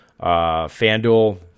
FanDuel